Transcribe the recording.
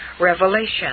Revelation